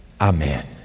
amen